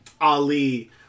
Ali